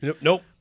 Nope